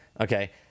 Okay